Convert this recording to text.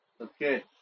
Okay